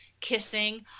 kissing